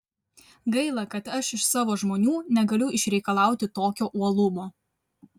gaila kad aš iš savo žmonių negaliu išreikalauti tokio uolumo